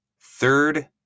third